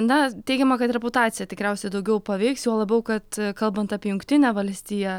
na teigiama kad reputaciją tikriausiai daugiau paveiks juo labiau kad kalbant apie jungtinę valstiją